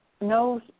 No